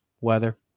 weather